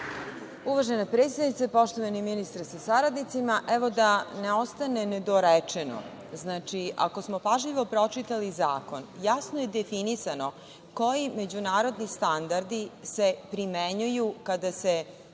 Uvažena predsednice, poštovani ministre sa saradnicima, da ne ostane nedorečeno, ako smo pažljivo pročitali zakon, jasno je definisano koji se međunarodni standardi primenjuju kada je